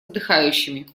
отдыхающими